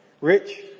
Rich